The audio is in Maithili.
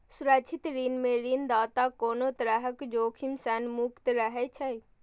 सुरक्षित ऋण मे ऋणदाता कोनो तरहक जोखिम सं मुक्त रहै छै